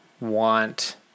want